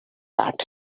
pat